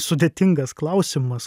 sudėtingas klausimas